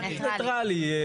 נייטרלי.